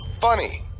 Funny